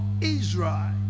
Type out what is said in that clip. Israel